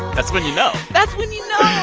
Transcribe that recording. that's when you know that's when you know yeah